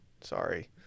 Sorry